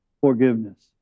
forgiveness